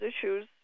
issues